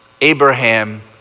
Abraham